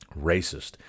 racist